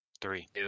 three